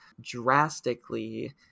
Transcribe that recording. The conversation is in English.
drastically